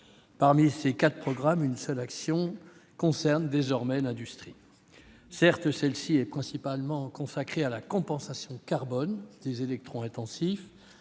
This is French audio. Parmi ses quatre programmes, une seule action concerne désormais l'industrie. Certes, celle-ci est principalement consacrée à la compensation carbone des électro-intensifs,